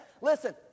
Listen